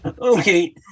okay